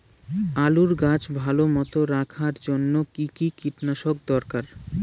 আলুর গাছ ভালো মতো রাখার জন্য কী কী কীটনাশক দরকার?